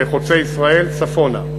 חוצה-ישראל, צפונה.